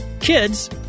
kids